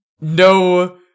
no